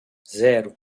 zero